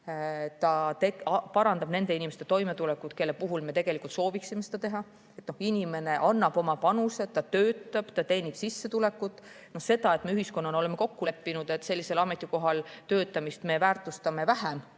See parandab nende inimeste toimetulekut, kelle puhul [eelkõige] me sooviksime seda teha. Inimene annab oma panuse, ta töötab, ta teenib sissetulekut. Me küll ühiskonnana oleme kokku leppinud, et [mõnel] ametikohal töötamist me väärtustame vähem